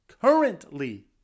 currently